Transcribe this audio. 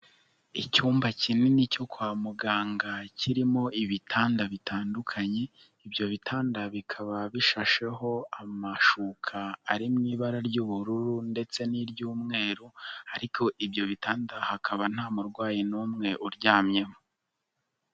Icyumba kinini cyo kwa muganga kirimo ibitanda bitandukanye, ibyo bitanda bikaba bishasheho amashuka ari mu ibara ry'ubururu ndetse n'iry'umweru ariko ibyo bitanda hakaba nta murwayi n'umwe uryamyemo.